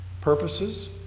purposes